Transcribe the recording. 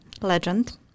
legend